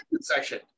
section